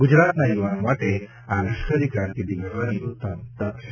ગુજરાતના યુવાનો માટે આ લશ્કરી કારકીર્દી ઘડવાની ઉત્તમ તક છે